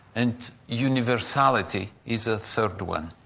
and universality is a third one.